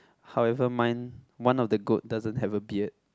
however mine one of the goat doesn't have a beard